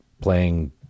playing